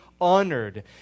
honored